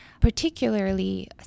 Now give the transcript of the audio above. particularly